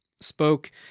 spoke